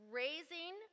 raising